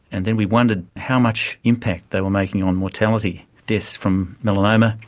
and then we wondered how much impact they were making on mortality, deaths from melanoma,